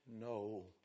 no